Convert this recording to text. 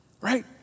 Right